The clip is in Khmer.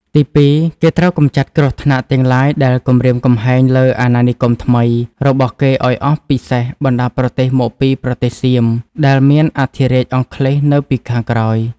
ទី២ គេត្រូវកម្ចាត់គ្រោះថ្នាក់ទាំងឡាយដែលគំរាមកំហែង លើអាណានិគមថ្មី របស់គេឱ្យអស់ពិសេសបណ្តាប្រទេសមកពីប្រទេសសៀមដែលមានអធិរាជអង់គ្លេសនៅពី ខាងក្រោយ។